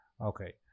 Okay